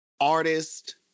artist